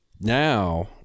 Now